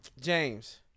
James